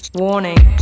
warning